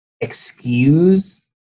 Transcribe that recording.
excuse